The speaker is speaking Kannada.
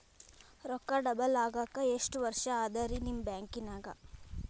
ರೊಕ್ಕ ಡಬಲ್ ಆಗಾಕ ಎಷ್ಟ ವರ್ಷಾ ಅದ ರಿ ನಿಮ್ಮ ಬ್ಯಾಂಕಿನ್ಯಾಗ?